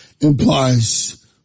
implies